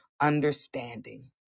understanding